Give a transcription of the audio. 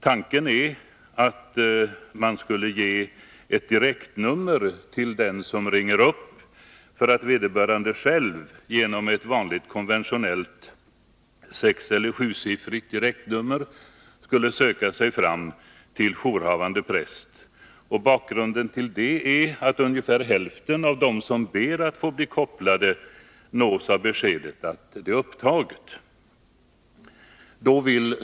Tanken är att man skulle ge ett direktnummer för att vederbörande själv genom ett konventionellt, sexeller sjusiffrigt direktnummer skulle söka sig fram till jourhavande präst. Bakgrunden till det är att ungefär hälften av dem som ber att få bli kopplade till jourhavande präst nås av beskedet att det är upptaget.